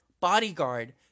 bodyguard